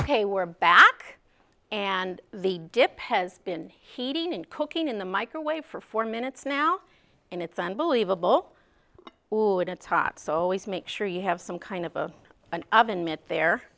ok we're back and the dip has been heating and cooking in the microwave for four minutes now and it's unbelievable wouldn't top so always make sure you have some kind of an oven mitt there